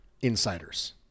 insiders